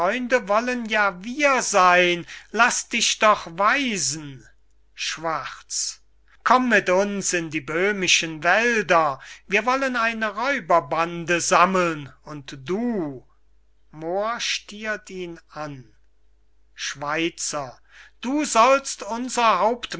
wollen ja wir seyn laß dich doch weisen schwarz komm mit uns in die böhmischen wälder wir wollen eine räuberbande sammeln und du moor stiert ihn an schweizer du sollst unser